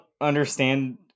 understand